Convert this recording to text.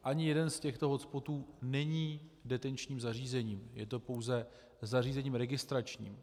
Ani jeden z těchto hotspotů není detenčním zařízením, je pouze zařízením registračním.